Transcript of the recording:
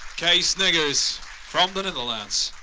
kees neggers from the netherlands.